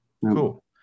cool